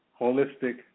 Holistic